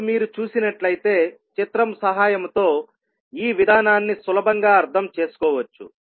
ఇప్పుడు మీరు చూసినట్లయితే చిత్రము సహాయంతో ఈ విధానాన్ని సులభంగా అర్థం చేసుకోవచ్చు